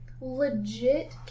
Legit